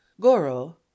Goro